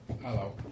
Hello